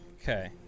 Okay